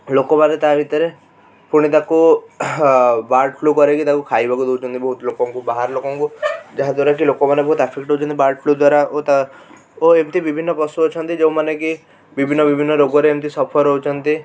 ଲୋକମାନେ ତା' ଭିତରେ ପୁଣି ତାକୁ ବାର୍ଡ଼ଫ୍ଲୁ କରିକି ତାକୁ ଖାଇବାକୁ ଦଉଛନ୍ତି ବହୁତ ଲୋକଙ୍କୁ ବାହାର ଲୋକଙ୍କୁ ଯାହାଦ୍ଵାରାକି ଲୋକମାନେ ବହୁତ ଆଫେକ୍ଟ ହଉଛନ୍ତି ବାର୍ଡ଼ଫ୍ଲୁ ଦ୍ଵାରା ଓ ତା' ଓ ଏମିତି ବିଭିନ୍ନ ପଶୁ ଅଛନ୍ତି ଯେଉଁମାନେକି ବିଭିନ୍ନ ବିଭିନ୍ନ ରୋଗରେ ଏମିତି ସଫର ହଉଛନ୍ତି